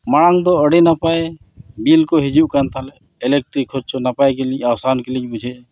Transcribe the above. ᱢᱟᱲᱟᱝ ᱫᱚ ᱟᱹᱰᱤ ᱱᱟᱯᱟᱭ ᱠᱚ ᱦᱤᱡᱩᱜ ᱠᱟᱱ ᱛᱟᱦᱮᱸᱜ ᱠᱷᱚᱨᱪᱟ ᱱᱟᱯᱟᱭ ᱜᱮᱞᱤᱧ ᱟᱥᱟᱱ ᱜᱮᱞᱤᱧ ᱵᱩᱡᱷᱟᱹᱣᱮᱫᱼᱟ